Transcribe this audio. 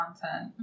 content